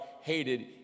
hated